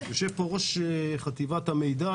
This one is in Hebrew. יושב פה ראש חטיבת המידע,